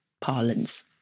parlance